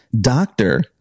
Doctor